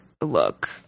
look